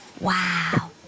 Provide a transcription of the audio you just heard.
Wow